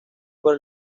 por